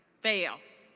fail.